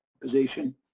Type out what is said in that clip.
position